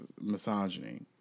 misogyny